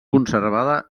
conservada